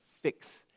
fix